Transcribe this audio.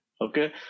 Okay